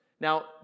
Now